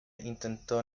intentó